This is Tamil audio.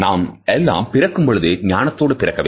நாம் எல்லாம் பிறக்கும் பொழுது ஞானத்தோடு பிறக்கவில்லை